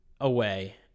away